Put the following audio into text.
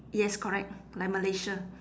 yes correct like malaysia